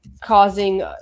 causing